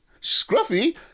Scruffy